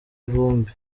vumbi